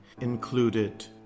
included